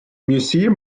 museum